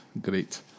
great